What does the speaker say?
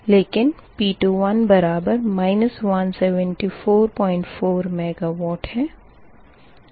लेकिन P21 बराबर 1744 megawatt है